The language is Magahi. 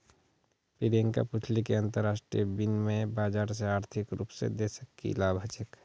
प्रियंका पूछले कि अंतरराष्ट्रीय विनिमय बाजार से आर्थिक रूप से देशक की लाभ ह छे